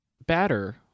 Batter